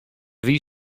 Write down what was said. wie